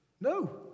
No